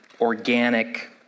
organic